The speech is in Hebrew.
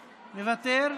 מוותר,